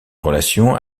relations